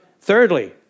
Thirdly